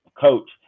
coach